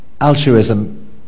altruism